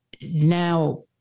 now